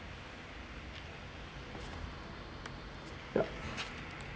yup